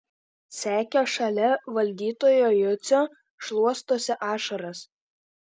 sekė šalia valdytojo jucio šluostosi ašaras